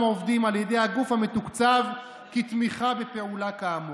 עובדים על ידי הגוף המתוקצב כתמיכה בפעולה כאמור.